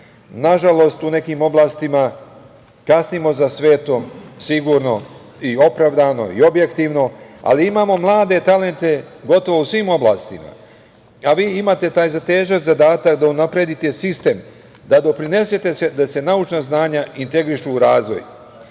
Nažalost, u nekim oblastima kasnimo za svetom sigurno i opravdano i objektivno, ali imamo mlade talente gotovo u svim oblastima, a vi imate taj težak zadatak da unapredite sistem, da doprinesete da se naučna znanja integrišu u razvoj. Vaš